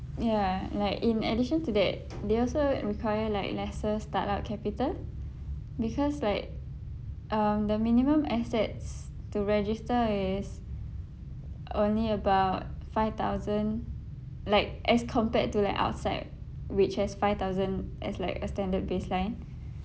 ya like in addition to that they also require like lesser start up capital because like um the minimum assets to register is only about five thousand like as compared to like outside which has five thousand as like a standard baseline